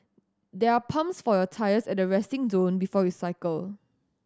they are pumps for your tyres at the resting zone before you cycle